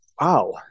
wow